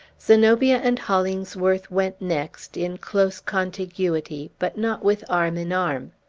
zenobia and hollingsworth went next, in close contiguity, but not with arm in arm.